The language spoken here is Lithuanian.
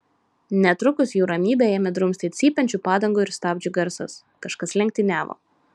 netrukus jų ramybę ėmė drumsti cypiančių padangų ir stabdžių garsas kažkas lenktyniavo